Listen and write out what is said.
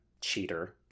Cheater